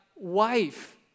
wife